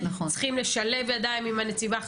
צריכים לשלב ידיים עם הנציבה החדשה,